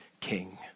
king